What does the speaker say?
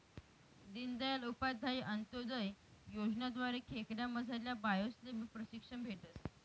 दीनदयाल उपाध्याय अंतोदय योजना द्वारे खेडामझारल्या बायास्लेबी प्रशिक्षण भेटस